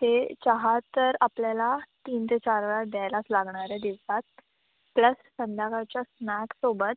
ते चहा तर आपल्याला तीन ते चार वेळा द्यायलाच लागणार आहे दिवसात प्लस संध्याकाळच्या स्नॅक्स सोबत